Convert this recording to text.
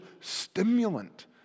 stimulant